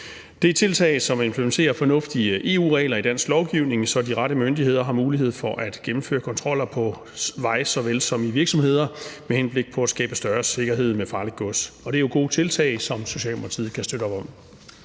Det er et tiltag, som implementerer fornuftige EU-regler i dansk lovgivning, så de rette myndigheder har mulighed for at gennemføre kontroller på såvel vej som i virksomheder med henblik på at skabe større sikkerhed med farligt gods. Det er jo gode tiltag, som Socialdemokratiet kan støtte op om.